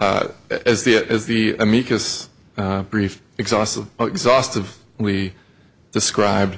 as the as the amicus brief exhaustive exhaustive we described